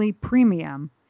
Premium